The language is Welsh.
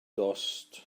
dost